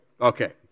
Okay